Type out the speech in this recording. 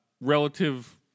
relative